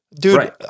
Dude